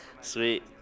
Sweet